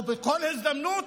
או בכל הזדמנות.